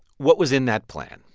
what was in that plan?